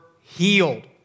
healed